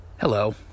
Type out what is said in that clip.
Hello